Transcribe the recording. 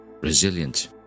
resilient